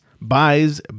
buys